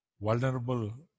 vulnerable